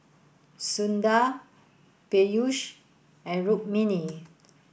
Sundar Peyush and Rukmini